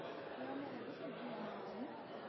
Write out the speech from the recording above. andrespråk – så god